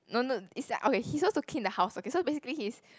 no no it's like okay he's supposed to clean the house okay so basically he's